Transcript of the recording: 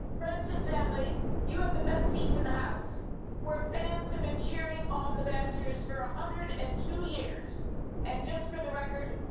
friends and family you have the best seats in the house where fans have been cheering on the badgers for one ah hundred and two years and just for the record,